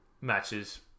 matches